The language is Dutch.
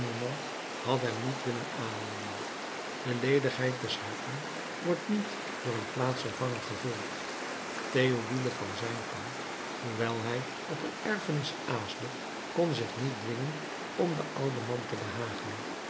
had hem niet willen aannemen de ledigheid des harten wordt niet door een plaatsvervanger gevuld theodule van zijn kant hoewel hij op een erfenis aasde kon zich niet dwingen om den ouden man te behagen